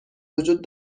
وجود